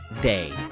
day